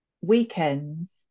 weekends